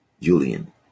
Julian